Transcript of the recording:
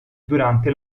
durante